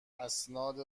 اسناد